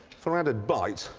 for added bite,